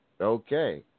Okay